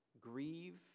grieve